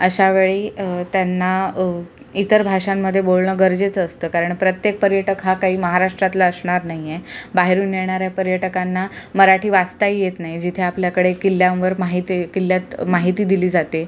अशावेळी त्यांना इतर भाषांमध्ये बोलणं गरजेचं असतं कारण प्रत्येक पर्यटक हा काही महाराष्ट्रातला असणार नाही आहे बाहेरून येणाऱ्या पर्यटकांना मराठी वाचताही येत नाही जिथे आपल्याकडे किल्ल्यांवर माहिती किल्ल्यांत माहिती दिली जाते